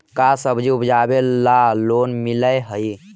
का सब्जी उपजाबेला लोन मिलै हई?